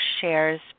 shares